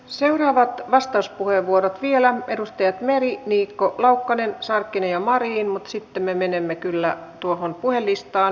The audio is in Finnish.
seuraavat vastauspuheenvuorot vielä edustajat meri niikko laukkanen sarkkinen ja marin mutta sitten me menemme kyllä tuohon puhelistaan